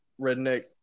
Redneck